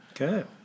okay